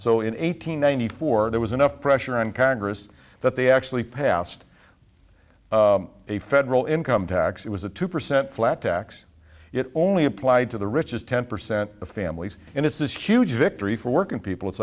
so in eight hundred ninety four there was enough pressure on congress that they actually passed a federal income tax it was a two percent flat tax it only applied to the richest ten percent of families and it's this huge victory for working people it's